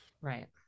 Right